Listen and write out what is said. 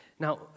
Now